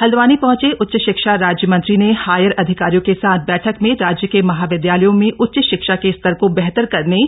हल्दवानी हंचे उच्च शिक्षा राज्य मंत्री ने हायर अधिकारियों के साथ बछक में राज्य के महाविदयालयों में उच्च शिक्षा के स्तर को बेहतर करने